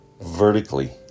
vertically